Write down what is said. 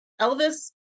elvis